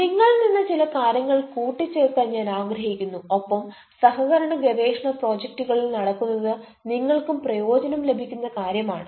നിങ്ങളിൽ നിന്ന് ചില കാര്യങ്ങൾ കൂട്ടിചേർക്കാൻ ഞാൻ ആഗ്രഹിക്കുന്നു ഒപ്പം സഹകരണ ഗവേഷണ പ്രോജക്റ്റുകൾ നടക്കുന്നത് നിങ്ങൾക്കും പ്രയോജനം ലഭിക്കുന്ന കാര്യം ആണ്